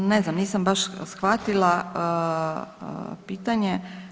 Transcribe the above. Pa ne znam, nisam baš shvatila pitanje.